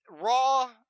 raw